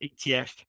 ETF